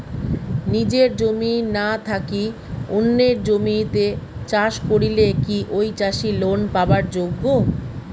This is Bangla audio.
নিজের জমি না থাকি অন্যের জমিত চাষ করিলে কি ঐ চাষী লোন পাবার যোগ্য?